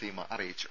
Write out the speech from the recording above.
സീമ അറിയിച്ചു